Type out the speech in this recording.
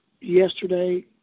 yesterday